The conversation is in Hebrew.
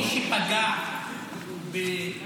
מי שפגע בפלסטינים,